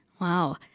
Wow